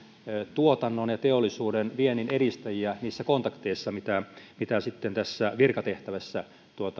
tuotannon ja teollisuuden viennin edistäjiä niissä kontakteissa mitä mitä virkatehtävässä